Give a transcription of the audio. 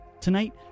Tonight